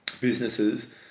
businesses